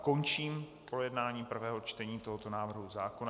Končím projednání prvého čtení tohoto návrhu zákona.